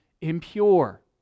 impure